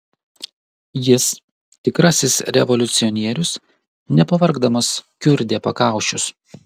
jis tikrasis revoliucionierius nepavargdamas kiurdė pakaušius